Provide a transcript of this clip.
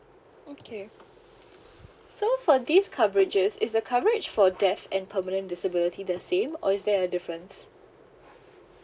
okay so for this coverages is the coverage for death and permanent disability the same or is there a difference